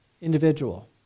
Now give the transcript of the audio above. individual